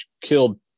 killed